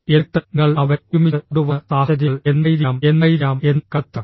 എന്നിട്ട് നിങ്ങൾ അവരെ ഒരുമിച്ച് കൊണ്ടുവന്ന് സാഹചര്യങ്ങൾ എന്തായിരിക്കാം എന്തായിരിക്കാം എന്ന് കണ്ടെത്തുക